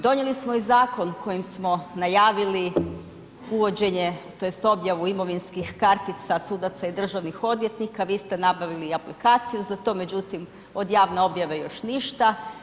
Donijeli smo i zakon kojim smo najavili uvođenje tj. objavu imovinskih kartica sudaca i državnih odvjetnika, vi ste nabavili i aplikaciju za to, međutim od javne objave još ništa.